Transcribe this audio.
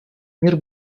мир